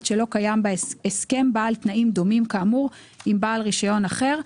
שלא קיים הסכם בעל תנאים דומים כאמור עם בעל רישיון אחר".